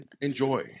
enjoy